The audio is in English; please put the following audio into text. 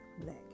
black